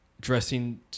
dressing